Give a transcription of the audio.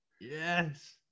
Yes